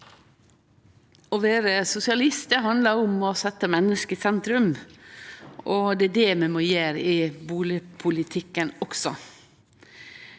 Å vere sosia- list handlar om å setje menneske i sentrum. Det er det vi må gjere i bustadpolitikken også.